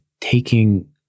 taking